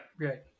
right